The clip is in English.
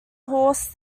horse